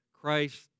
Christ